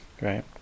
right